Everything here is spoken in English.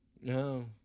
No